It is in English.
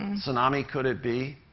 um tsunami, could it be?